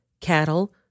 cattle